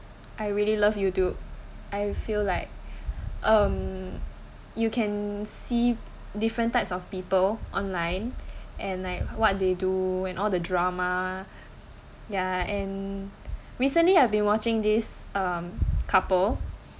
I really love youtube I feel like um you can see different types of people online and like what they do and all the drama ya and recently I have been watching this um couple